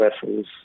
vessels